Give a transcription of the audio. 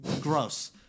gross